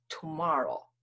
tomorrow